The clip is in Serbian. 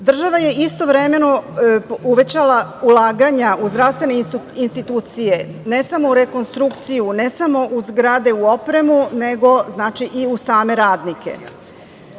je istovremeno uvećala ulaganja u zdravstvene institucije, ne samo u rekonstrukciju, ne samo u zgrade, u opremu, nego i u same radnike.